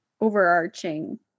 overarching